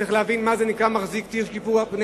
צריך להבין מה זה נקרא "מחזיק תיק טיפוח פני